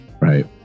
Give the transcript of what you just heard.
right